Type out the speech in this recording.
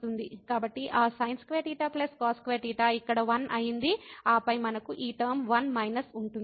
కాబట్టి ఆ sin2θ cos2θ ఇక్కడ 1 అయ్యింది ఆపై మనకు ఈ టర్మ 1 మైనస్ ఉంటుంది